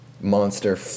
monster